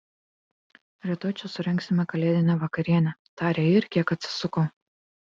rytoj čia surengsime kalėdinę vakarienę tarė ji ir kiek atsisuko